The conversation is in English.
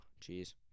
jeez